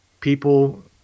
people